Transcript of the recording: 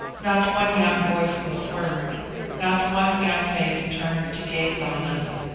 not one young voice was heard not one young face turned to gaze on us.